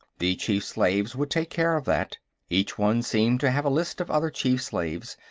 the chief-slaves would take care of that each one seemed to have a list of other chief-slaves,